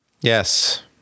yes